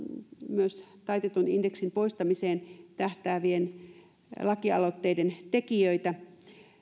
myös taitetun indeksin poistamiseen tähtäävien lakialoitteiden tekijöitä